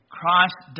Christ